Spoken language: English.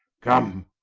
come,